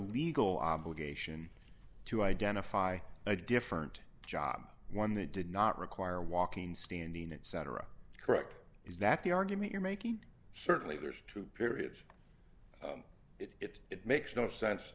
legal obligation to identify a different job one that did not require walking standing etc correct is that the argument you're making certainly there's two periods it it makes no sense